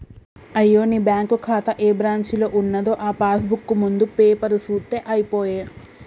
అయ్యో నీ బ్యాంకు ఖాతా ఏ బ్రాంచీలో ఉన్నదో ఆ పాస్ బుక్ ముందు పేపరు సూత్తే అయిపోయే